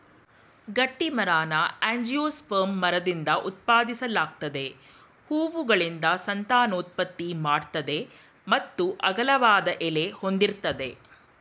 ಗಟ್ಟಿಮರನ angiosperm ಮರದಿಂದ ಉತ್ಪಾದಿಸಲಾಗ್ತದೆ ಹೂವುಗಳಿಂದ ಸಂತಾನೋತ್ಪತ್ತಿ ಮಾಡ್ತದೆ ಮತ್ತು ಅಗಲವಾದ ಎಲೆ ಹೊಂದಿರ್ತದೆ